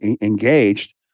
engaged